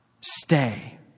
Stay